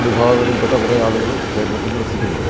വിഭാഗങ്ങളിൽ പെട്ട കുറെ ആളുകളും കേരളത്തിൽ വസിക്കുന്നുണ്ട്